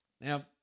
Now